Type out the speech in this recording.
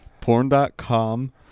porn.com